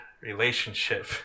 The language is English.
relationship